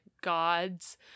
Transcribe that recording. gods